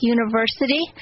University